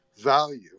value